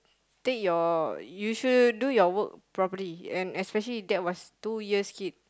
take your you should do your work properly and especially that was two years kid